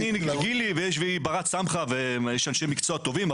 יש את גילי והיא ברת סמכא ויש אנשי מקצוע טובים,